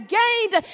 gained